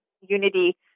unity